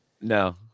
No